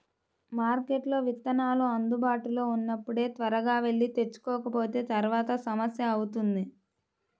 మార్కెట్లో విత్తనాలు అందుబాటులో ఉన్నప్పుడే త్వరగా వెళ్లి తెచ్చుకోకపోతే తర్వాత సమస్య అవుతుంది